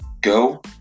go